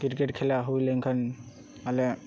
cricket ᱠᱷᱮᱞᱟ ᱦᱩᱭ ᱞᱮᱱ ᱠᱷᱟᱱ ᱟᱞᱮ